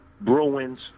Bruins